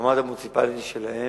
המעמד המוניציפלי שלהם,